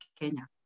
Kenya